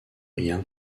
rien